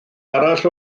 arall